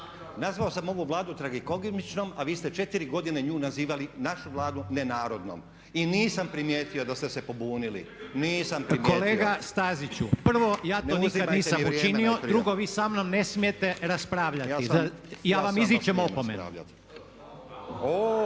nazvao sam ovu Vladu tragikomičnom a vi ste 4 godine nju nazivali, našu Vladu ne narodnom i nisam primijetio da ste se pobunili, nisam primijetio. …/Upadica predsjednik: Kolega Staziću, prvo, ja to nisam učinio, drugo vi sa mnom nasmijete raspravljati. Ja vam izričem opomenu. /…